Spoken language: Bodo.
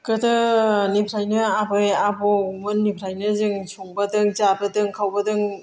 गोदोनिफ्रायनो आबै आबौमोननिफ्रायनो जों संबोदों जाबोदों खावबोदों